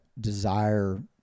desire